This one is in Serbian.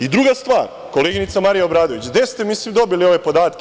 I druga stvar, koleginica Marija Obradović, gde ste vi svi dobili ove podatke?